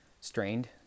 strained